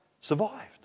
survived